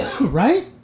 right